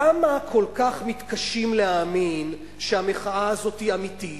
למה כל כך מתקשים להאמין שהמחאה הזאת אמיתית?